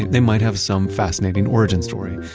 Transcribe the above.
they might have some fascinating origin story,